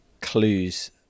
clues